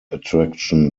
attraction